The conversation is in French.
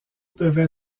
peuvent